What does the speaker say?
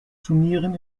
turnieren